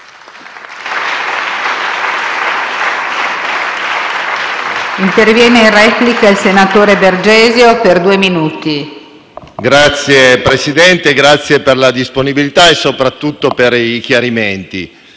del Consiglio, grazie per la disponibilità e soprattutto per i chiarimenti.